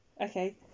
Okay